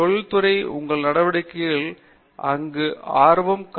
தொழில்துறை உங்கள் நடவடிக்கைகளில் எங்கே ஆர்வம் காட்டுகிறது